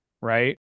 right